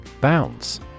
Bounce